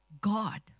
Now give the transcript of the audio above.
God